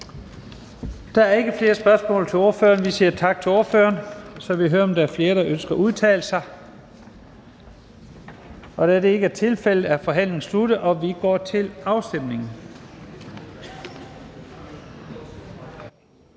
Der er ikke flere spørgsmål til ordføreren. Vi siger tak til ordføreren. Er der flere, der ønsker at udtale sig? Da det ikke er tilfældet, er forhandlingen sluttet, og vi går til afstemning.